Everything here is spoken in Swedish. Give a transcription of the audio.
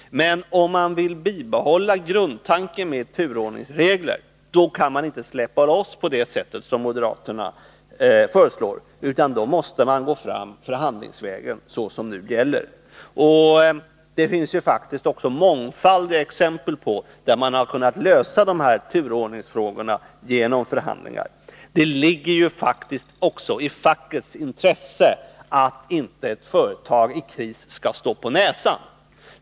Men om man vill bibehålla grundtanken med turordningsregler kan man inte släppa loss på det sätt som moderaterna föreslår, utan då måste man gå fram förhandlingsvägen, såsom nu gäller. Det finns faktiskt också mångfaldiga exempel på att man har kunnat lösa dessa turordningsfrågor genom förhandlingar. Det ligger ju också i fackets intresse att inte ett företag i kris skall stå på näsan.